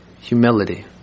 Humility